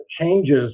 changes